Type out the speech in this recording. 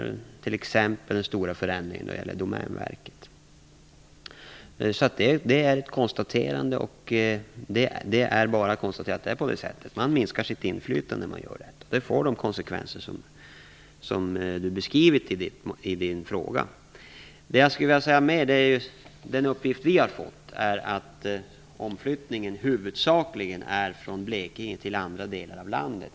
Det gäller t.ex. de stora förändringarna när det gäller Domänverket. Det är bara att konstatera att det är på det sättet. Man minskar sitt inflytande när man gör detta. Det får de konsekvenser som Per Rosengren beskrivit i sin fråga. Den uppgift vi har fått är att omflyttningen huvudsakligen är från Blekinge till andra delar av landet.